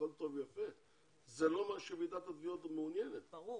הכול טוב ויפה אבל זה לא מה שוועידת התביעות מעוניינת בו.